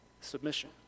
Submission